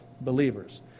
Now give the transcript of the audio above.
believers